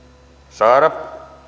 saada